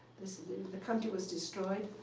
the country was destroyed,